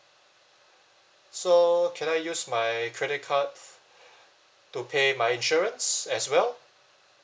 so can I use my credit card to pay my insurance as well